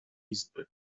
izby